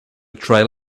trail